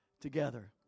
together